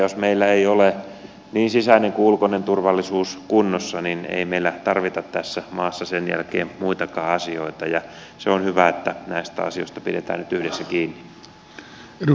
jos meillä ei ole niin sisäinen kuin ulkoinenkin turvallisuus kunnossa niin ei meillä tarvita tässä maassa sen jälkeen muitakaan asioita ja se on hyvä että näistä asioista pidetään nyt yhdessä kiinni